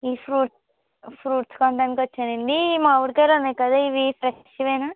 ఈ fruits fruits కొనడానికి వచ్చానండి ఈ మామిడికాయలుంన్నాయి కదా ఇవి ఫ్రెష్వేనా